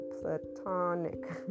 platonic